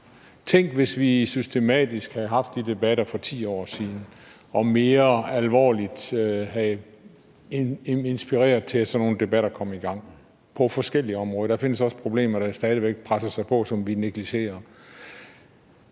Tænk, hvis vi systematisk havde haft de debatter for 10 år siden og mere alvorligt havde inspireret til, at sådan nogle debatter kom i gang på forskellige områder. Der findes også problemer, der stadig væk presser sig på, som vi negligerer.